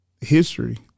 history